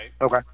Okay